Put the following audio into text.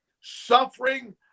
suffering